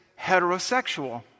heterosexual